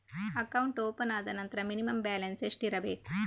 Account open ಆದ ನಂತರ minimum balance ಎಷ್ಟಿರಬೇಕು?